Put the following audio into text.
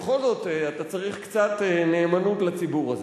בכל זאת, אתה צריך קצת נאמנות לציבור הזה.